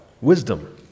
wisdom